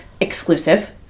exclusive